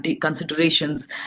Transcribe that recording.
considerations